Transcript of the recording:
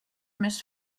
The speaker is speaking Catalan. més